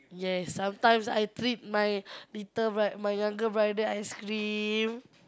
yes sometimes I treat my little my my younger brother ice cream